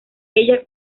ella